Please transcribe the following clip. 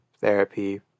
therapy